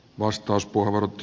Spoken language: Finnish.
vastaus burg